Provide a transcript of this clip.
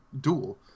duel